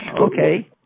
Okay